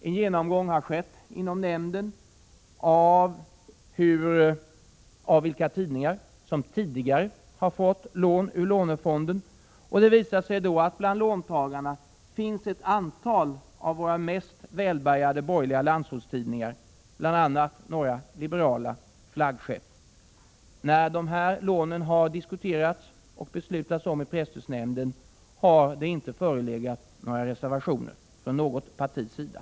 En genomgång har inom nämnden gjorts av vilka tidningar som tidigare fått lån ur lånefonden. Det visar sig då att bland låntagarna finns ett antal av våra mest välbärgade borgerliga landsortstidningar, bl.a. några liberala flaggskepp. När dessa lån har diskuterats och det har fattats beslut i presstödsnämnden har det inte förelegat några reservationer från något partis sida.